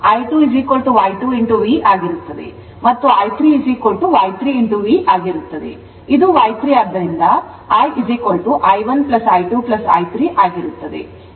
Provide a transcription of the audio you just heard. ಮತ್ತು I3 Y3V ಆಗಿರುತ್ತದೆ ಇದು Y3 ಆದ್ದರಿಂದ III1 I2 I3 ಆಗಿರುತ್ತದೆ